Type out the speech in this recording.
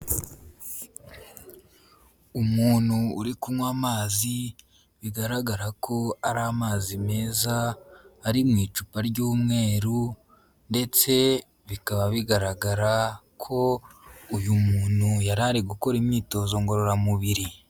Umuntu uri kunywa amazi bigaragara ko ari amazi meza ari mu icupa ry'umweru ndetse bikaba bigaragara ko uyu muntu yari ari gukora imyitozo ngororamubiri.